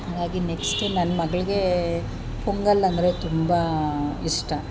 ಹಾಗಾಗಿ ನೆಕ್ಸ್ಟ್ ನನ್ನ ಮಗಳಿಗೆ ಪೊಂಗಲ್ ಅಂದರೆ ತುಂಬ ಇಷ್ಟ